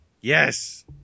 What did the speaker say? Yes